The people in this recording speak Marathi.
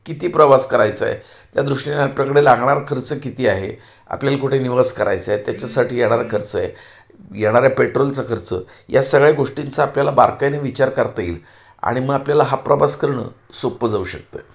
किती प्रवास करायचा आहे त्या दृष्टीने आपल्याकडे लागणार खर्च किती आहे आपल्याला कुठे निवास करायचं आहे त्याच्यासाठी येणारा खर्च आहे येणाऱ्या पेट्रोलचा खर्च या सगळ्या गोष्टींचा आपल्याला बारकाईने विचार करता येईल आणि मग आपल्याला हा प्रवास करणे सोपे जाऊ शकतं